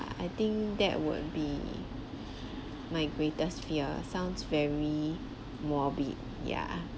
I think that would be my greatest fear sounds very morbid yeah